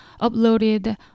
uploaded